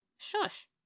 Shush